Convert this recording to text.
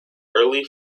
early